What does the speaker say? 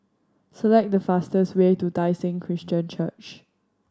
select the fastest way to Tai Seng Christian Church